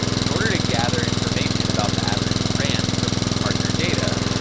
in order to gather information about the average grant from these partner data,